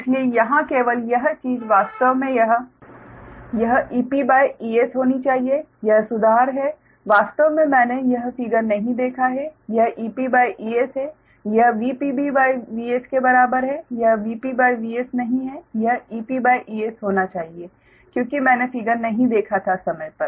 इसलिए यहाँ केवल एक चीज वास्तव में यह EP Es होनी चाहिए यह सुधार है वास्तव में मैंने यह फिगर नहीं देखा है यह EP Es है यह VPB Vs के बराबर है यह VP Vs नहीं है यह EP Es होना चाहिए क्योंकि मैंने फिगर नहीं देखा था समय पर